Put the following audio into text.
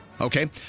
Okay